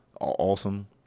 awesome